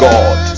God